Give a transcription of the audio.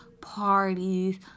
parties